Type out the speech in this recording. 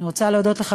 אני רוצה להודות לך,